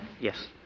Yes